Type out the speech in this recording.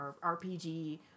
RPG